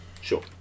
Sure